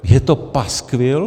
Je to paskvil.